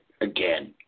Again